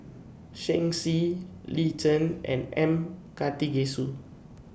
Shen Xi Lin Chen and M Karthigesu